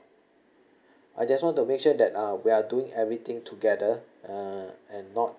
I just want to make sure that uh we're doing everything together uh and not